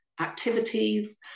activities